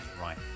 right